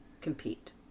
compete